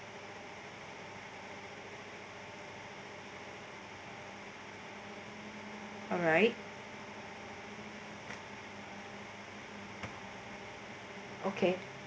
alright okay